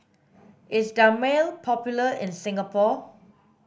is Dermale popular in Singapore